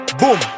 boom